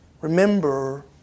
remember